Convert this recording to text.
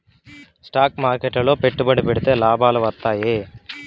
stock మార్కెట్లు లో పెట్టుబడి పెడితే లాభాలు వత్తాయి